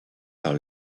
par